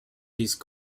these